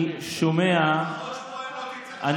אני שומע, לפחות שבועיים לא תצא מהבושה.